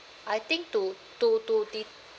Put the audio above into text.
I think to to to det~